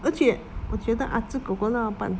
而且我觉得 ah zi kor kor 的老板